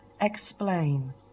explain